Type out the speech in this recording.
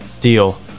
deal